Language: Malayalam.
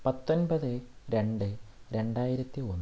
പത്തൊൻപത് രണ്ട് രണ്ടായിരത്തി ഒന്ന്